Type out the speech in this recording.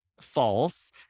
false